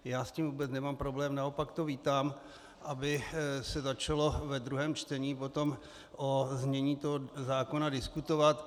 Já s tím vůbec nemám problém, naopak vítám, aby se začalo ve druhém čtení o znění zákona diskutovat.